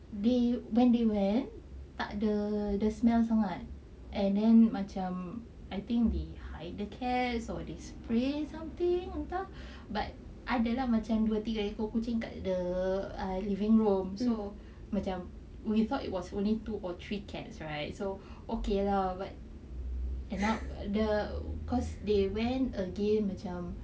they when they went tak ada the smell sangat and then macam um I think they hide the cats or they spray something on top but ada lah macam dua tiga ekor kucing kat the living room so macam we thought it was only two or three cats right so okay lah but end up the cause they went again macam